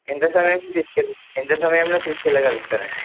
ఎంత సమయంలో తీసుకెళ్ళగ ఎంత సమయంలో తీసుకెళ్ళగలుగుతారండి